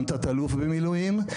גם תת-אלוף במילואים,